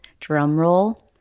drumroll